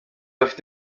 afite